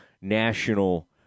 National